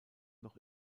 noch